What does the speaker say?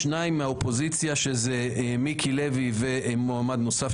שניים מהאופוזיציה מיקי לוי ומועמד נוסף.